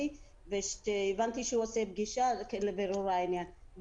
וכשהבנתי שהוא עושה פגישה לבירור העניין,